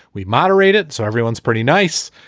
we moderate it so everyone's pretty nice.